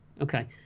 Okay